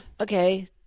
Okay